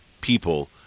people